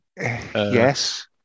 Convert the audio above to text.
Yes